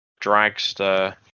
dragster